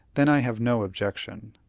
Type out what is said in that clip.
then i have no objection.